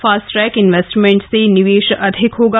fast track investment से निवेश अधिक होगा